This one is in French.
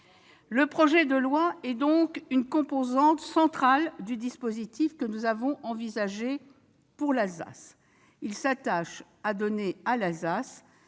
projet de loi est donc une composante centrale du dispositif que nous avons envisagé pour l'Alsace. Il s'attache à donner à l'Alsace